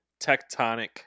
tectonic